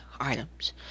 items